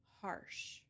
harsh